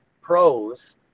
pros